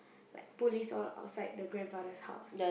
like police all outside the grandfather's house